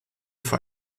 für